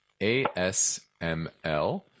ASML